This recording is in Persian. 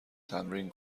تمرین